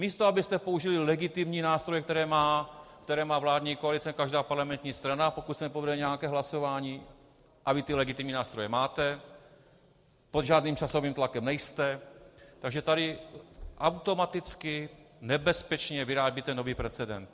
Místo abyste použili legitimní nástroje, které má vládní koalice, každá parlamentní strana, pokud se nepovede nějaké hlasování, a vy ty legitimní nástroje máte, pod žádným časovým tlakem nejste, takže tady automaticky nebezpečně vyrábíte nový precedent.